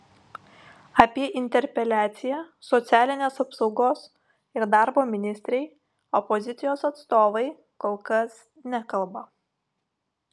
apie interpeliaciją socialinės apsaugos ir darbo ministrei opozicijos atstovai kol kas nekalba